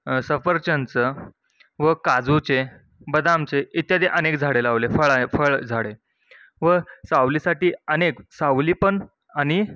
सफरचंदचं व काजूचे बदामचे इत्यादी अनेक झाडे लावले फळा फळझाडे व सावलीसाठी अनेक सावली पण आणि